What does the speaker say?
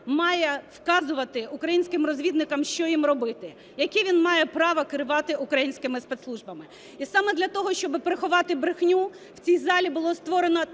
має вказувати українським розвідникам, що їм робити? Яке він має право керувати українськими спецслужбами? І саме для того, щоб приховати брехню, у цій залі було створено